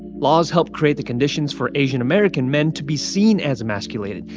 laws helped create the conditions for asian-american men to be seen as emasculated.